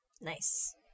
Nice